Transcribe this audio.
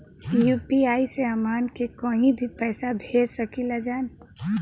UPI से हमहन के कहीं भी पैसा भेज सकीला जा?